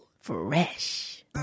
Fresh